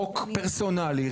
חוק פרסונלי,